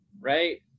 right